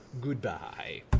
goodbye